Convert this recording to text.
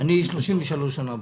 שאני בכנסת 33 שנים.